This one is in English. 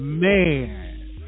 Man